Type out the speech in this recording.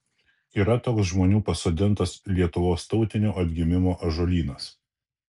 yra toks žmonių pasodintas lietuvos tautinio atgimimo ąžuolynas